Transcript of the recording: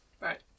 right